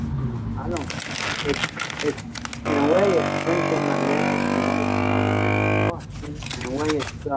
i don't it's it's in a way it's strengthened my marriage. in a way it's torn my marriage apart in a way it's